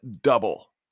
double